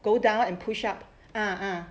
go down and push up ah ah